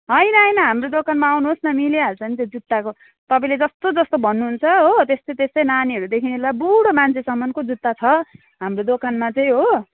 होइन होइन हाम्रो दोकानमा आउनुहोस् न मिलिहाल्छ नि त्यो जुत्ताको तपाईँले जस्तो जस्तो भन्नुहुन्छ हो त्यस्तै त्यस्तै नानीहरूदेखि लिएर बुढो मान्छेसम्मको जुत्ता छ हाम्रो दोकानमा चाहिँ हो